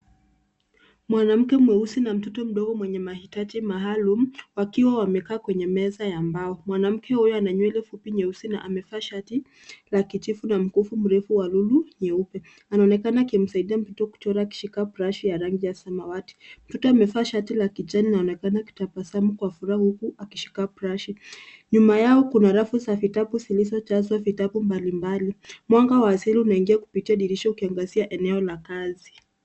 Mwanamke mweusi na mtoto mdogo mwenye mahitaji maalum wakiwa wamekaa kwenye meza ya mbao. Mwanamke huyo ana nywele fupi nyeusi na amevaa shati la kijivu na mkufu mrefu wa lulu nyeupe. Anaonekana akimsaidia mtoto kuchora akishika brashi ya rangi ya samawati. Mtoto amevaa shati la kijani anaonekana akitabasamu kwa furaha huku akishika brashi. Nyuma yao kuna rafu za vitabu zilizojazwa vitabu mbalimbali. Mwanga wa asili unaingia kupitia dirisha ukiangazia eneo la kazi.